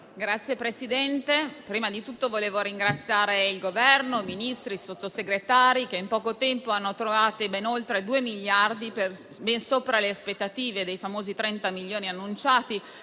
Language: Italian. Signora Presidente, prima di tutto vorrei ringraziare il Governo, i Ministri e i Sottosegretari, che in poco tempo hanno trovato oltre due miliardi (ben sopra le aspettative dei famosi 30 milioni annunciati),